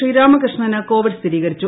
Sreeramakrishnan Covid സ്ഥിരീകരിച്ചു